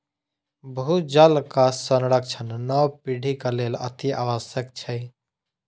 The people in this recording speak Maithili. भूजलक संरक्षण नव पीढ़ीक लेल अतिआवश्यक छै